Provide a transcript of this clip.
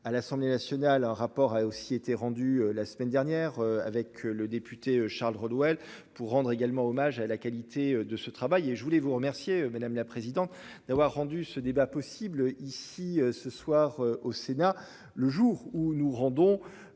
À l'Assemblée nationale, un rapport a elle aussi été rendu la semaine dernière avec le député Charles Rodwell pour rendre également hommage à la qualité de ce travail et je voulais vous remercier, madame la présidente d'avoir rendu ce débat possible ici ce soir au Sénat le jour où nous rendons.